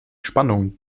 spannung